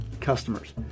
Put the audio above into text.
customers